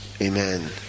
Amen